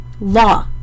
Law